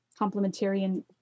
complementarian